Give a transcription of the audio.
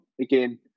again